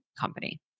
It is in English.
company